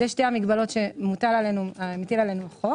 אלה שתי המגבלות שמטיל עלינו החוק